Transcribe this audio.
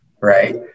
right